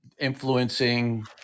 influencing